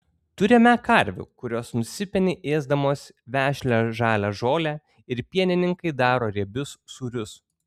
turime karvių kurios nusipeni ėsdamos vešlią žalią žolę ir pienininkai daro riebius sūrius